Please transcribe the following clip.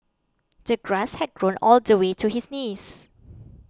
the grass had grown all the way to his knees